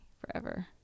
forever